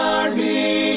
army